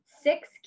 six